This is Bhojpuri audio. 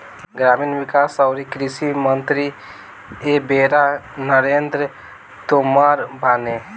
ग्रामीण विकास अउरी कृषि मंत्री एबेरा नरेंद्र तोमर बाने